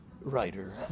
writer